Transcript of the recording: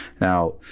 Now